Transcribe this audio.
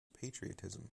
patriotism